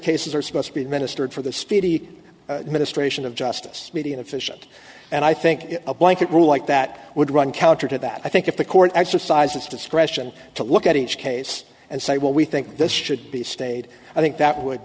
cases are supposed to be administered for the speedy ministration of justice median efficient and i think a blanket rule like that would run counter to that i think if the court exercised its discretion to look at h k yes and say well we think this should be state i think that would